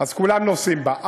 אז כולם נוסעים בה.